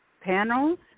Panels